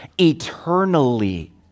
eternally